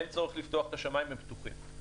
אין צורך לפתוח את השמיים, הם פתוחים.